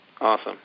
Awesome